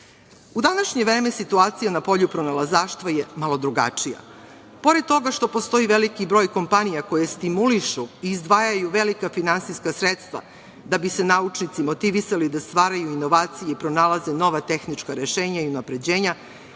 današnje vreme situacija na polju pronalazaštva je malo drugačija. Pored toga što postoji veliki broj kompanija koje stimulišu i izdvajaju velika finansijska sredstva da bi se naučnici motivisali da stvaraju inovacije i pronalaze nova tehnička rešenja i unapređenja,